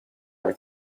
with